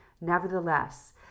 Nevertheless